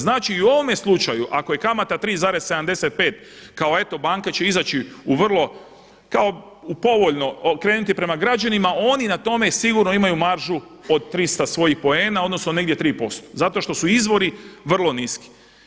Znači i u ovome slučaju ako je kamata 3,75 kao eto banke će izaći u vrlo, kao u povoljno krenuti prema građanima oni na tome sigurno imaju maržu od 300 svojih poena, odnosno negdje 3% zato što su izvori vrlo niski.